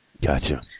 Gotcha